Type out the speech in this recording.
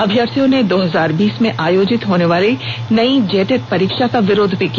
अभ्यर्थियों ने दो हजार बीस में आयोजित होने वाले नई जेटेट परीक्षा का विरोध भी किया